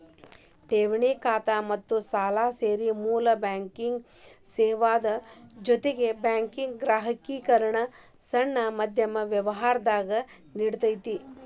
ಠೆವಣಿ ಖಾತಾ ಮತ್ತ ಸಾಲಾ ಸೇರಿ ಮೂಲ ಬ್ಯಾಂಕಿಂಗ್ ಸೇವಾದ್ ಜೊತಿಗೆ ಬ್ಯಾಂಕು ಗ್ರಾಹಕ್ರಿಗೆ ಸಣ್ಣ ಮಧ್ಯಮ ವ್ಯವ್ಹಾರಾ ನೇಡ್ತತಿ